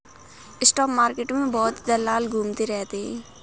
spot market में बहुत दलाल घूमते रहते हैं